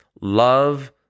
Love